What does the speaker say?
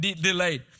delayed